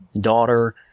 daughter